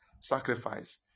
sacrifice